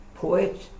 poet